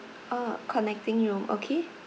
oh connecting room okay